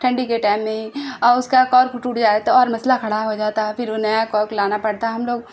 ٹھنڈی کے ٹائم میں ہی اور اس کا کارک ٹوٹ جائے تو اور مسئلہ کھڑا ہو جاتا ہے پھر وہ نیا کاک لانا پڑتا ہے ہم لوگ